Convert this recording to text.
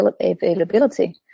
availability